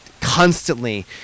constantly